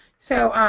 so,